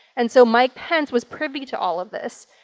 and so mike pence was privy to all of this.